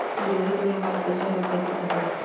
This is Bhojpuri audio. सिरोही के माहौल कईसन बा खेती खातिर?